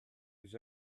was